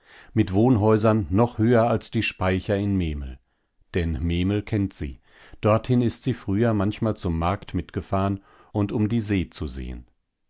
mit wohnhäusern noch höher als die speicher in memel denn memel kennt sie dorthin ist sie früher manchmal zum markt mitgefahren und um die see zu sehen